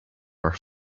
are